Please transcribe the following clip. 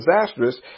disastrous